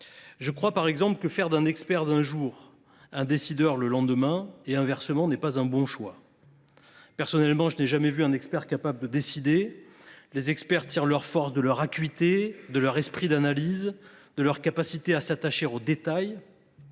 J’estime notamment que faire d’un expert un décideur du jour au lendemain – et inversement – n’est pas un bon choix. Personnellement, je n’ai jamais rencontré un expert capable de décider. Les experts tirent leur force de leur acuité, de leur esprit d’analyse, de leur capacité à s’attacher aux détails.